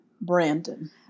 Brandon